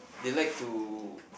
they like to